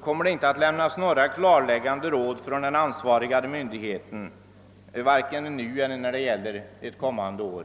kommer det inte att lämnas några klarläggande råd från den ansvariga myndigheten vare sig nu eller när det gäller ett kommande år?